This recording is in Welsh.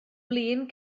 flin